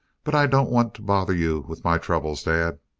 but i don't want to bother you with my troubles, dad.